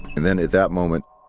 and then at that moment